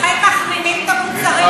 לכן מחרימים את המוצרים שלנו ומסמנים אותם.